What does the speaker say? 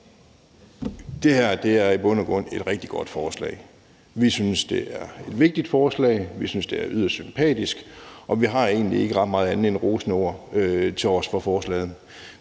Det her er i bund og grund et rigtig godt forslag. Vi synes, det er et vigtigt forslag. Vi synes, det er yderst sympatisk, og vi har egentlig ikke ret meget andet end rosende ord tilovers for forslaget.